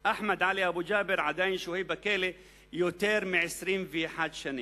ואחמד עלי אבו ג'אבר עדיין שוהה בכלא יותר מ-21 שנים.